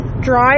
drive